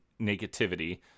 negativity